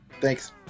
Thanks